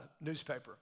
newspaper